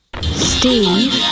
Steve